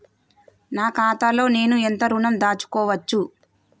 నా ఖాతాలో నేను ఎంత ఋణం దాచుకోవచ్చు?